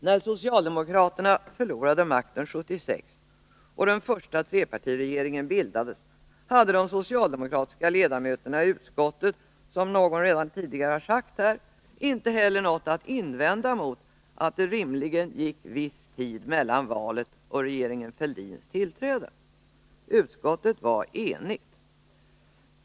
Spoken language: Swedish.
När socialdemokraterna förlorade makten 1976 och den första trepartiregeringen bildades hade de socialdemokratiska ledamöterna i utskottet — som någon redan tidigare har sagt här — inte heller något att invända mot att det rimligen gick viss tid mellan valet och regeringen Fälldins tillträde. Utskottet var enigt.